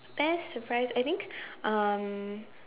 best surprise I think um